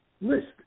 list